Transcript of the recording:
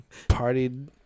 partied